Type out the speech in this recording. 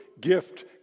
gift